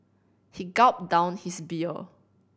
he gulped down his beer